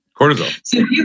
Cortisol